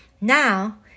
Now